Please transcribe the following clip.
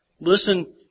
listen